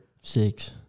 Six